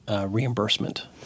reimbursement